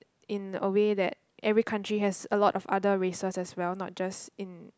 in a way that every country has a lot of other races as well not just in